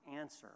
answer